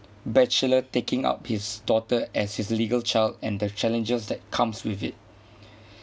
bachelor taking up his daughter as his legal child and the challenges that comes with it